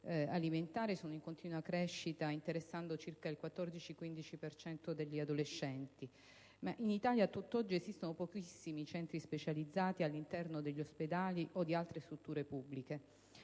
alimentare sono in continua crescita, interessando circa il 15 per cento degli adolescenti. In Italia, a tutt'oggi, esistono pochissimi centri specializzati all'interno degli ospedali o di altre strutture pubbliche,